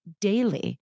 daily